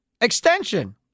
extension